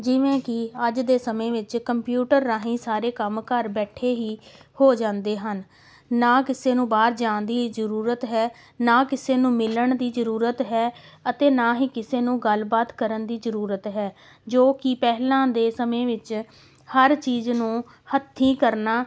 ਜਿਵੇਂ ਕਿ ਅੱਜ ਦੇ ਸਮੇਂ ਵਿੱਚ ਕੰਪਿਊਟਰ ਰਾਹੀਂ ਸਾਰੇ ਕੰਮ ਘਰ ਬੈਠੇ ਹੀ ਹੋ ਜਾਂਦੇ ਹਨ ਨਾ ਕਿਸੇ ਨੂੰ ਬਾਹਰ ਜਾਣ ਦੀ ਜ਼ਰੂਰਤ ਹੈ ਨਾ ਕਿਸੇ ਨੂੰ ਮਿਲਣ ਦੀ ਜ਼ਰੂਰਤ ਹੈ ਅਤੇ ਨਾ ਹੀ ਕਿਸੇ ਨੂੰ ਗੱਲਬਾਤ ਕਰਨ ਦੀ ਜ਼ਰੂਰਤ ਹੈ ਜੋ ਕਿ ਪਹਿਲਾਂ ਦੇ ਸਮੇਂ ਵਿੱਚ ਹਰ ਚੀਜ਼ ਨੂੰ ਹੱਥੀਂ ਕਰਨਾ